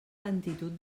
lentitud